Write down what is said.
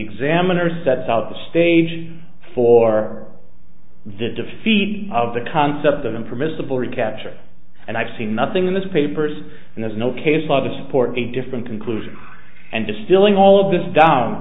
examiner sets out the stage for the defeat of the concept of the permissible recapture and i've seen nothing in this papers and there's no case law to support a different conclusion and distilling all of this down